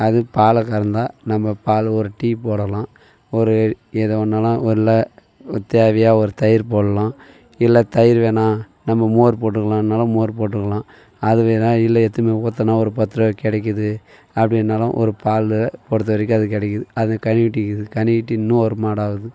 அது பாலை கறந்தால் நம்ம பால் ஒரு டீ போடலாம் ஒரு எதோ பண்ணலாம் ஒரு இல்லை தேவையா ஒரு தயிர் போடலாம் இல்லை தயிர் வேணாம் நம்ம மோர் போட்டுக்கலானாலும் மோர் போட்டுக்கலாம் அது வேணா இல்லை எடுத்துனு போய் ஊற்றுனா ஒரு பத்துரூபா கிடைக்கிது அப்படினாலும் ஒரு பால் ஒருத்தருக்கு அது கிடைக்கிது அது கன்றுக்குட்டிக்கிது கன்றுக்குட்டி இன்னும் ஒரு மாடாகுது